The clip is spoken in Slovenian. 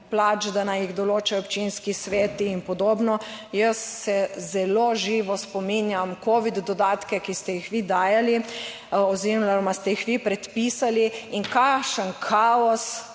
plač, da naj jih določajo občinski sveti in podobno. Jaz se zelo živo spominjam covid dodatka, ki ste jih vi dajali oziroma ste jih vi predpisali in kakšen kaos